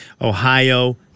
Ohio